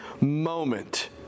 moment